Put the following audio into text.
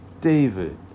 David